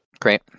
Great